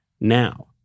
now